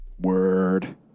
Word